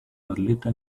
atleta